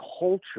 culture